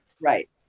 right